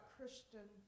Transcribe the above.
Christian